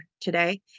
today